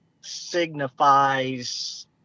signifies